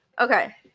okay